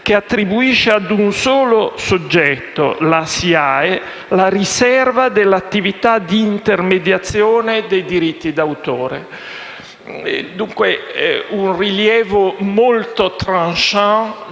che attribuisce a un solo soggetto (SIAE) la riserva dell'attività di intermediazione dei diritti d'autore». Dunque, un rilievo molto *tranchant*,